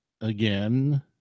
again